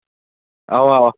اَوا اَوا